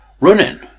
running